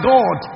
God